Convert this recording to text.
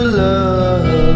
love